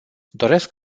doresc